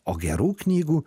o gerų knygų